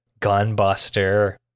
Gunbuster